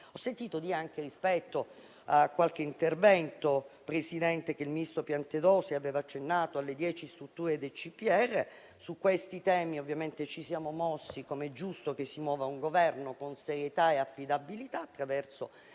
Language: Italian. Ho sentito dire in qualche intervento che il ministro Piantedosi aveva accennato alle dieci strutture dei CPR. Su questi temi, ovviamente, ci siamo mossi - come è giusto che faccia un Governo - con serietà e affidabilità, attraverso